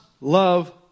love